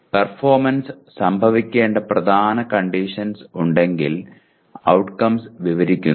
performance സംഭവിക്കേണ്ട പ്രധാന conditions ഉണ്ടെങ്കിൽ ഔട്ട്കംസ് വിവരിക്കുന്നു